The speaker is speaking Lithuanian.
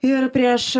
ir prieš